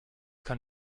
kann